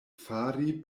fari